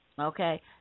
Okay